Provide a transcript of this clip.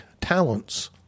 talents